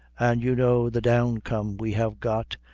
an' you know the down-come we have got,